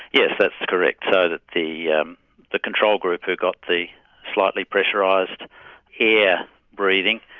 yes, that's correct. so that the um the control group who got the slightly pressurised air breathing,